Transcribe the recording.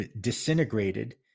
disintegrated